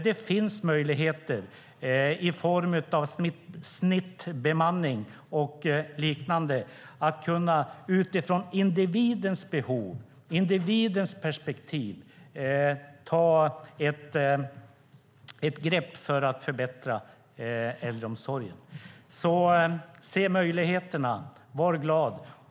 Det finns möjligheter i form av snittbemanning och liknande att utifrån individens behov, individens perspektiv, ta ett grepp för att förbättra äldreomsorgen. Se möjligheterna! Var glad!